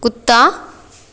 कुत्ता